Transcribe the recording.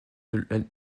allemand